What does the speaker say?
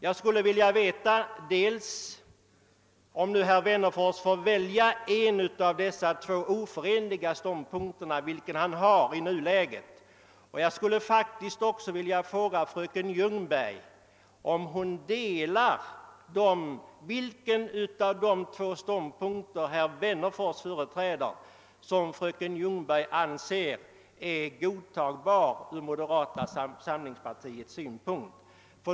Jag skulle, om herr Wennerfors väljer en av dessa två oförenliga ståndpunkter, vilja veta vilken han i nuläget ansluter sig till. Jag vill också fråga fröken Ljungberg vilken av dessa två ståndpunkter, som herr Wennerfors företräder, som fröken Ljungberg anser är godtagbar från moderata samlingspartiets synpunkt.